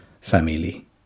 family